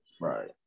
Right